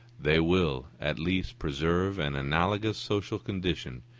they will at least preserve an analogous social condition,